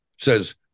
says